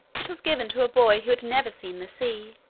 it was given to a boy who had never seen the sea,